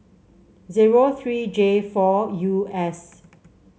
zero three J four U S